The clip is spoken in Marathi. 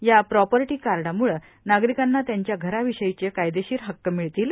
या प्रॉपर्टी कार्डाम्ळे नागरिकांना त्यांच्या घराविषयीचे कायदेशीर हक्क मिळतील